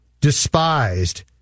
despised